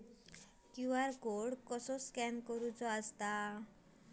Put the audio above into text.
QR code कसो scan करायचो?